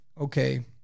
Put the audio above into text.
okay